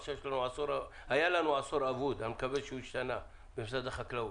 עכשיו היה לנו עשור אבוד במשרד החקלאות.